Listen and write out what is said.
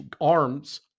arms